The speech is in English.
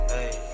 Hey